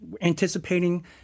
anticipating